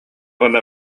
уонна